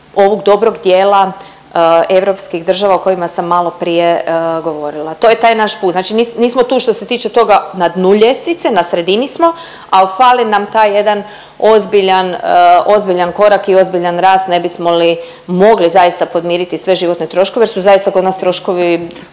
ovog dobrog dijela europskih država o kojima sam maloprije govorila. To je taj naš put, znači nismo tu što se tiče toga na dnu ljestvice, na sredini smo, al fali nam taj jedan ozbiljan korak i ozbiljan rast ne bismo li mogli zaista podmiriti sve životne troškove jer su zaista kod nas troškovi